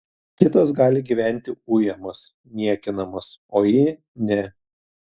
kitos gali gyventi ujamos niekinamos o ji ne